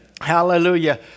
Hallelujah